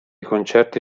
concerti